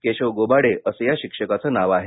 केशव गोबाडे असं या शिक्षकाचं नाव आहे